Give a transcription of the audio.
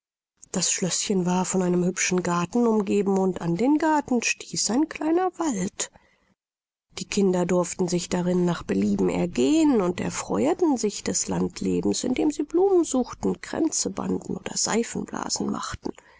das schlößchen war von einem hübschen garten umgeben und an den garten stieß ein kleiner wald die kinder durften sich darin nach belieben ergehen und erfreueten sich des landlebens indem sie blumen suchten kränze banden oder seifenblasen machten